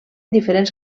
diferents